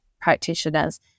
practitioners